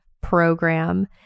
program